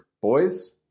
boys